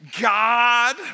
God